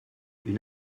une